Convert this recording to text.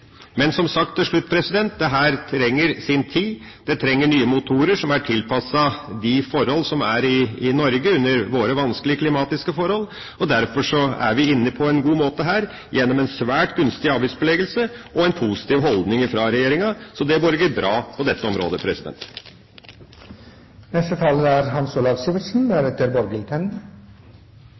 Men, til slutt, dette trenger som sagt sin tid, og vi trenger nye motorer som er tilpasset våre vanskelige klimatiske forhold i Norge. Derfor er vi inne på en god måte her gjennom en svært gunstig avgiftsbeleggelse og en positiv holdning fra regjeringa. Så det borger bra på dette området.